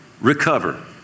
recover